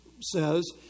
says